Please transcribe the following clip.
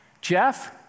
Jeff